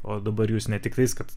o dabar jūs ne tiktais kad